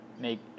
make